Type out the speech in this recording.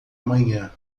amanhã